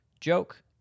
joke